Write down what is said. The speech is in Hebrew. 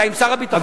אתה עם שר הביטחון,